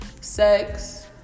sex